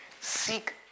Seek